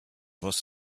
must